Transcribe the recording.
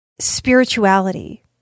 Spirituality